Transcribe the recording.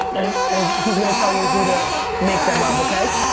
and and he's gonna tell you who to make them of, okay?